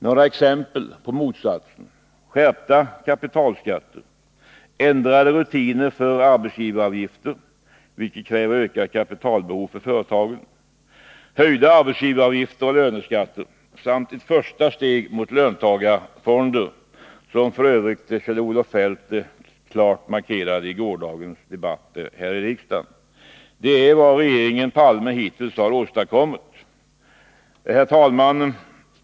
Några exempel på motsatsen är skärpta kapitalskatter, ändrade rutiner för uppbörd av arbetsgivaravgifter — vilket medför ökat kapitalbehov för företagen —, höjda arbetsgivaravgifter och löneskatter samt ett första steg mot löntagarfonder — vilket f. ö. Kjell-Olof Feldt klart markerade i går här i riksdagen. Det är vad regeringen Palme hittills åstadkommit. Herr talman!